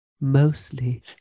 Mostly